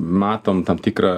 matom tam tikrą